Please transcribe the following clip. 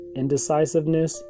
indecisiveness